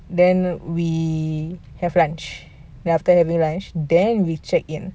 then we have lunch then after lunch we check in